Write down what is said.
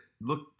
look